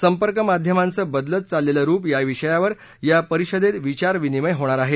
संपर्क माध्यमांचं बदलत चाललेलं रुप या विषयावर या परिषदेत विचार विमर्श होणार आहे